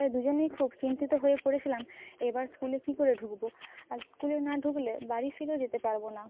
তাই দুজনেই খুব চিন্তিত হয়ে পড়েছিলাম এইবার স্কুলে কী করে ঢুকবো আর স্কুলে না ঢুকলে বাড়ি ফিরেও যেতে পারবো না